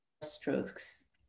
strokes